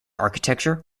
architecture